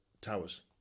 towers